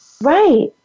Right